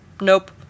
Nope